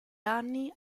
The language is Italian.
anni